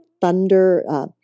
Thunder